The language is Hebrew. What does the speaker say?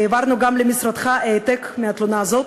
והעברנו גם למשרדך העתק של התלונה הזאת.